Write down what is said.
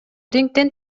рингден